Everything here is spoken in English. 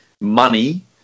money